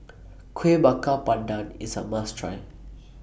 Kueh Bakar Pandan IS A must Try